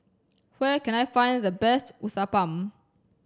where can I find the best Uthapam